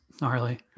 gnarly